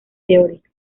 teórica